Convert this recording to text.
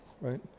right